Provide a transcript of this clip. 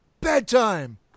bedtime